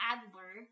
Adler